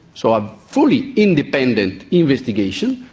so a fully independent investigation.